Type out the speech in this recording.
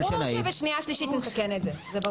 ברור שבשנייה ושלישית נתקן את זה.